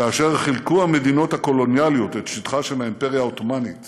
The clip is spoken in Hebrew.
כאשר חילקו המדינות הקולוניאליות את שטחה של האימפריה העות'מאנית